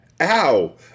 Ow